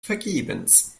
vergebens